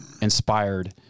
inspired